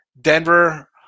Denver